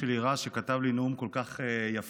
רז, שכתב לי נאום כל כך יפה,